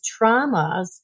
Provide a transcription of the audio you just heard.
traumas